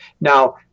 Now